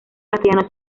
castellano